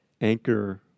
Anchor